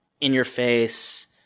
in-your-face